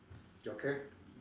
okay